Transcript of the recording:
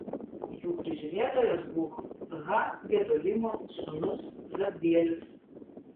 jų prižiūrėtojas buvo ha gedolimo sūnus zabdielis